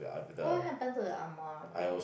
what happen to the Ammar that bear